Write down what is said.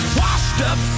washed-up